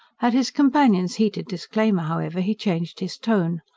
at his companion's heated disclaimer, however, he changed his tone.